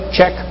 Check